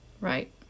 Right